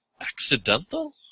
accidental